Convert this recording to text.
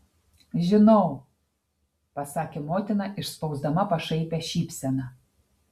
žinau pasakė motina išspausdama pašaipią šypseną